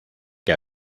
que